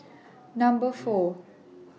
Number four